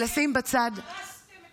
אחרי שהרסתם את הכול?